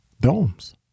domes